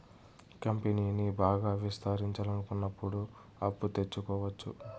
కంపెనీని బాగా విస్తరించాలనుకున్నప్పుడు అప్పు తెచ్చుకోవచ్చు